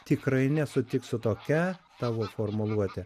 tikrai nesutiks su tokia tavo formuluote